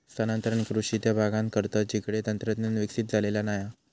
स्थानांतरण कृषि त्या भागांत करतत जिकडे तंत्रज्ञान विकसित झालेला नाय हा